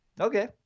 Okay